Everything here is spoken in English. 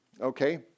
okay